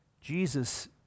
jesus